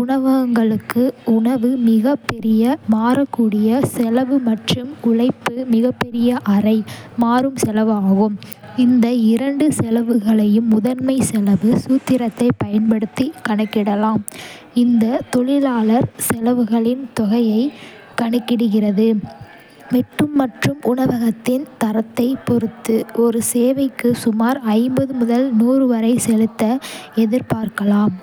உணவகங்களுக்கு உணவு மிகப்பெரிய மாறக்கூடிய செலவு மற்றும் உழைப்பு மிகப்பெரிய அரை-மாறும் செலவு ஆகும். இந்த இரண்டு செலவுகளையும் முதன்மை செலவு சூத்திரத்தைப் பயன்படுத்தி கணக்கிடலாம். இந்த தொழிலாளர் செலவுகளின் தொகையைக் கணக்கிடுகிறது. வெட்டு மற்றும் உணவகத்தின் தரத்தைப் பொறுத்து ஒரு சேவைக்கு சுமார் செலுத்த எதிர்பார்க்கலாம்.